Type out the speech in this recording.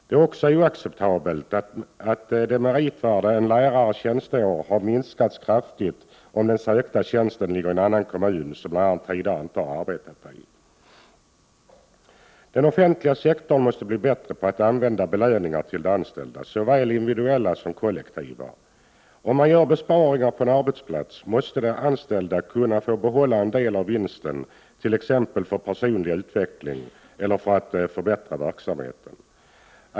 Det är också oacceptabelt att det meritvärde en lärares tjänsteår har minskas kraftigt om den sökta tjänsten ligger i en kommun som läraren tidigare inte har arbetat i. Den offentliga sektorn måste bli bättre på att använda belöningar till de anställda, såväl individuella som kollektiva. Om man gör besparingar på en arbetsplats måste de anställda kunna få behålla en del av vinsten t.ex. för personlig utveckling eller för att förbättra verksamheten.